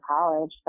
college